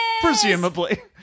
presumably